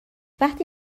وقتی